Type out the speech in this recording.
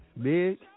Big